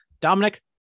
Dominic